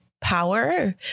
power